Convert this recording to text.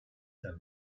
ten